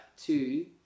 two